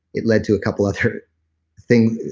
it led to a couple other thing,